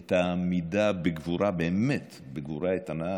את העמידה בגבורה, באמת בגבורה איתנה.